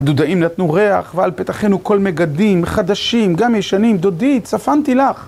דודאים נתנו ריח, ועל פתחינו קול מגדים, חדשים, גם ישנים, דודי, צפנתי לך.